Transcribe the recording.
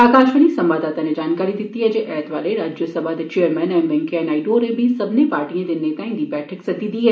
आकाशवाणी संवाददाता नै जानकारी दिती ऐ जे ऐतवारे राज्यसभा दे चेयरमैन एम वैंकेया नायडू होरें बी सब्बनें पार्टिएं दे नेताएं दी बैठक सद्दी दी ऐ